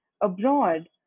abroad